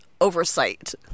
oversight